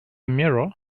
mirror